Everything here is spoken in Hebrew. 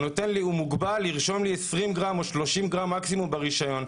והוא מוגבל לרשום לי 20 גרם או 30 גרם מקסימום ברישיון.